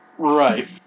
Right